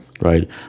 right